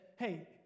Hey